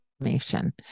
information